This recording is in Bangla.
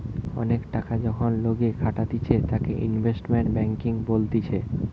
অনেক টাকা যখন লোকে খাটাতিছে তাকে ইনভেস্টমেন্ট ব্যাঙ্কিং বলতিছে